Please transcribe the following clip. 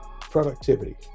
productivity